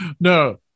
no